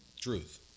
Truth